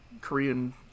Korean